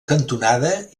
cantonada